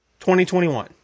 2021